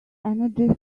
energy